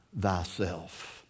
thyself